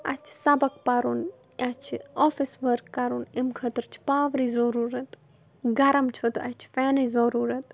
اَسہِ چھُ سبق پَرُن اَسہِ چھِ آفِس ؤرٕق کَرُن اَمہِ خٲطر چھِ پاورٕچ ضٔروٗرتھ گَرم چھُ تہٕ اَسہِ چھِ فینٕچ ضٔروٗرتھ